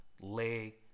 lay